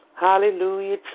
Hallelujah